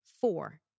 four